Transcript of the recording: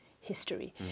history